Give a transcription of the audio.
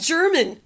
German